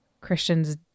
Christians